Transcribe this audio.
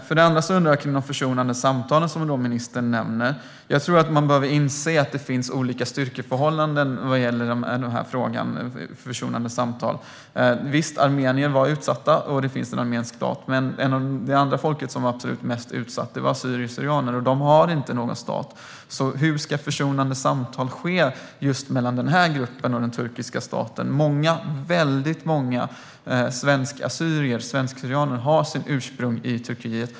För det andra undrar jag över de försonande samtal som ministern nämnde. Man behöver inse att det finns olika styrkeförhållanden vad gäller denna fråga. Visst, armenier var utsatta, och det finns en armenisk stat, men det andra folket som var absolut mest utsatt var assyrier och syrianer, som inte har någon stat. Hur ska försonande samtal ske mellan denna grupp och den turkiska staten? Väldigt många svensk-assyrier och svensk-syrianer har sitt ursprung i Turkiet.